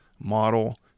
model